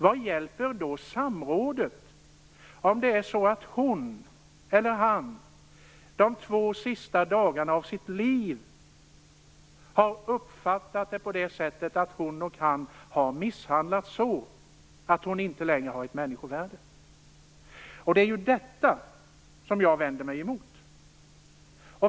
Vad hjälper då samrådet, om hon de två sista dagarna i sitt liv har uppfattat det på det sättet att hon har misshandlats så att hon inte längre har ett människovärde? Det är ju detta som jag vänder mig emot.